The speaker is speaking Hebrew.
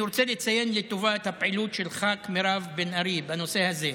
אני רוצה לציין לטובה את הפעילות של חברת הכנסת מירב בן ארי בנושא הזה.